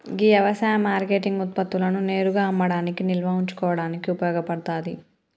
గీ యవసాయ మార్కేటింగ్ ఉత్పత్తులను నేరుగా అమ్మడానికి నిల్వ ఉంచుకోడానికి ఉపయోగ పడతాది